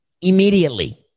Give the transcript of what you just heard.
immediately